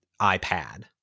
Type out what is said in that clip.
iPad